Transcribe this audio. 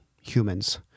humans